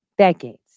decades